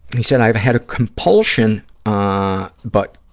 he said, i have had a compulsion ah but